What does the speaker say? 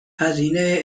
هزینه